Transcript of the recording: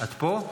את פה?